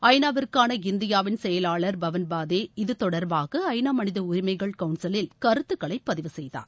ஐ நா விற்கான இந்தியாவின் செயலாளர் பவன் பாதே இது தொடர்பாக ஐ நா மனித உரிமைகள் கவுன்சிலில் கருத்துக்களை பதிவு செய்தார்